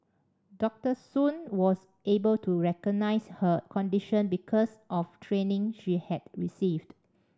Doctor Soon was able to recognise her condition because of training she had received